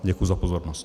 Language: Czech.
Děkuji za pozornost.